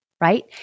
Right